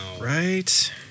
Right